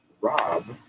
Rob